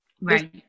right